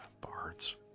Bards